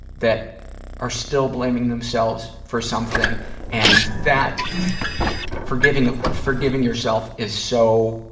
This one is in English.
that are still blaming themselves for something and that forgiving ah forgiving yourself is so,